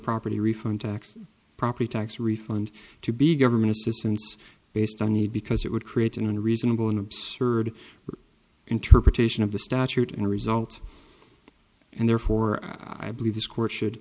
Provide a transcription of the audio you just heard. property reform tax property tax refund to be government assistance based on need because it would create in a reasonable an absurd interpretation of the statute and result and therefore i believe this court should